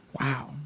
Wow